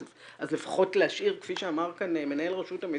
אז לפחות להשאיר כפי שאמר כאן מנהל רשות המיסים,